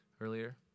earlier